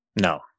No